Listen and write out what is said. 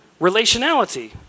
relationality